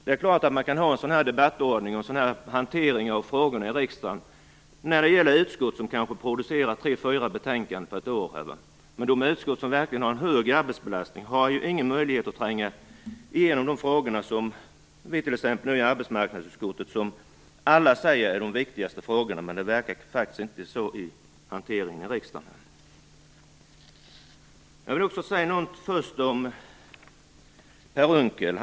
Det är klart att man kan ha en sådan här debattordning och en sådan här hantering av frågorna i riksdagen när det gäller utskott som kanske producerar tre fyra betänkanden på ett år. Men de utskott som verkligen har en hög arbetsbelastning har ingen möjlighet att tränga igenom frågorna, som t.ex. vi i arbetsmarknadsutskottet som alla säger har de viktigaste frågorna. Men det verkar faktiskt inte så att döma av hanteringen i riksdagen. Jag vill också säga något om Per Unckels inlägg.